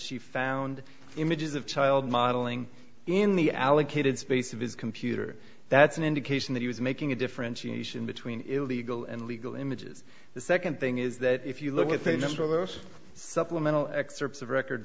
she found images of child modeling in the allocated space of his computer that's an indication that he was making a differentiation between illegal and legal images the second thing is that if you look at a number of those supplemental excerpts of record